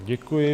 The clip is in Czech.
Děkuji.